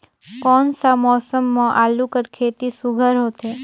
कोन सा मौसम म आलू कर खेती सुघ्घर होथे?